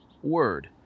word